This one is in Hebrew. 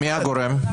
מי הגורם?